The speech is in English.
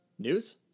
News